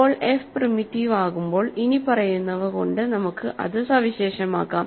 ഇപ്പോൾ F primitive ആകുമ്പോൾ ഇനിപ്പറയുന്നവ കൊണ്ട് നമുക്ക് അത് സവിശേഷമാക്കാം